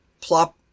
plop